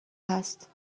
هست